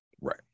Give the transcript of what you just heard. Right